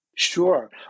Sure